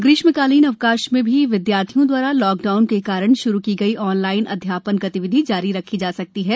ग्रीष्मकालीन अवकाश में भी विद्यालयों दवारा लॉकडाउन के कारण प्रारंभ की गई ऑनलाइन अध्यापन गतिविधि जारी रखी जा सकती है